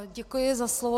Děkuji za slovo.